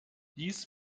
dies